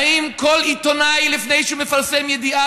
האם כל עיתונאי לפני שהוא מפרסם ידיעה